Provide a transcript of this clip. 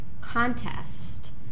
contest